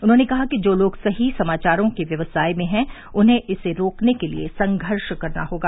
उन्होंने कहा कि जो लोग सही समाचारों के व्यवसाय में हैं उन्हें इसे रोकने के लिए संघर्ष करना होगा